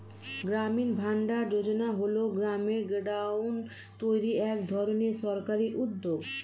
গ্রামীণ ভান্ডার যোজনা হল গ্রামে গোডাউন তৈরির এক ধরনের সরকারি উদ্যোগ